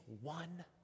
one